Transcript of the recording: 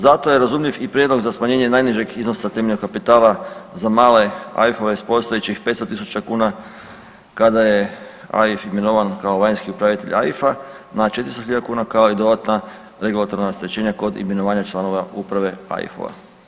Zato je razumljiv i prijedlog za smanjenje najnižeg iznosa temeljnog kapitala za male AIF-ove s postojećih 500.000 kada je AIF imenovan kao vanjski upravitelj AIF-a na 400.000 kuna kao i dodatna regulatorna rasterećenja kod imenovanja članova uprave AIF-ova.